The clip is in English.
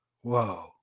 Whoa